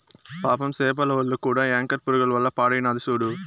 పాపం సేపల ఒల్లు కూడా యాంకర్ పురుగుల వల్ల పాడైనాది సూడు